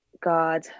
God